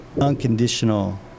unconditional